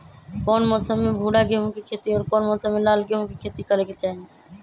कौन मौसम में भूरा गेहूं के खेती और कौन मौसम मे लाल गेंहू के खेती करे के चाहि?